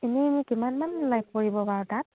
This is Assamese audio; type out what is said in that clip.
এনেই কিমানমান পৰিব বাৰু তাত